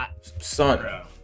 Son